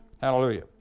Hallelujah